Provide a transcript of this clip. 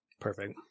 Perfect